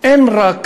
אין רק